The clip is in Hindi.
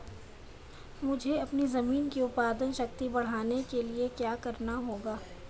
मुझे अपनी ज़मीन की उत्पादन शक्ति बढ़ाने के लिए क्या करना होगा?